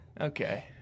Okay